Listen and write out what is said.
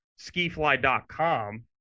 skifly.com